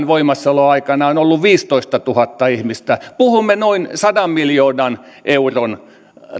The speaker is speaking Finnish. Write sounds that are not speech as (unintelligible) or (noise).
(unintelligible) voimassaoloaikana on ollut viisitoistatuhatta ihmistä puhumme noin sadan miljoonan euron